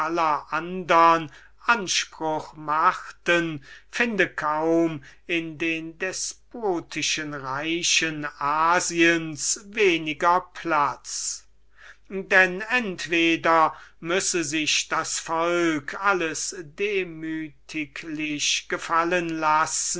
anspruch machten finde kaum in den despotischen reichen asiens weniger platz weil entweder das volk sich demütiglich gefallen lassen